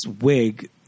wig